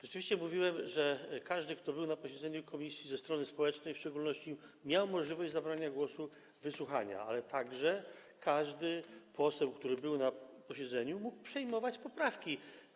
Rzeczywiście mówiłem, że każdy, kto był na posiedzeniu komisji, ze strony społecznej w szczególności, miał możliwość zabrania głosu, wysłuchania, ale także każdy poseł, który był na posiedzeniu, mógł przyjmować poprawki.